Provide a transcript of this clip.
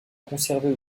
conserver